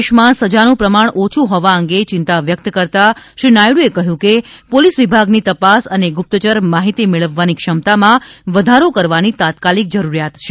દેશમાં સજાનું પ્રમાણ ઓછુ હોવા અંગે ચિંતા વ્યકત કરતાં શ્રી નાયડુએ કહ્યું કે પોલીસ વિભાગની તપાસ અને ગુપ્તયર માહિતી મેળવવાની ક્ષમતામાં વધારો કરવાની તાત્કાલિક જરૂરીયાત છે